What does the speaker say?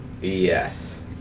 Yes